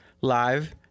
live